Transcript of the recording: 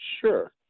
Sure